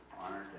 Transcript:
honored